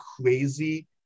crazy